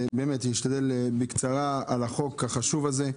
אשתדל לדבר בקצרה על הצעת החוק החשובה הזאת.